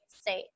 state